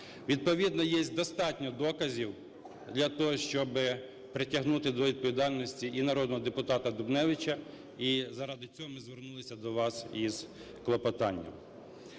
Відповідно є достатньо доказів для того, щоб притягнути до відповідальності і народного депутата Дубневича, і заради цього ми звернулися до вас із клопотанням.